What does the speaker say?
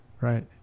right